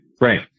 Right